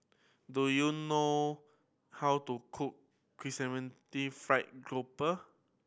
do you know how to cook chrysanthemum the fried grouper